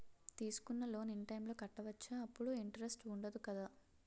తీసుకున్న loan in time లో కట్టవచ్చ? అప్పుడు ఇంటరెస్ట్ వుందదు కదా?